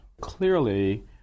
Clearly